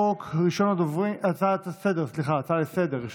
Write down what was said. הצעות שמספרן 223, 228, 237, 257 ו-278.